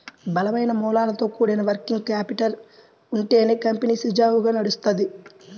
బలమైన మూలాలతో కూడిన వర్కింగ్ క్యాపిటల్ ఉంటేనే కంపెనీ సజావుగా నడుత్తది